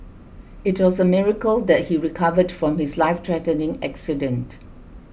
it was a miracle that he recovered from his lifethreatening accident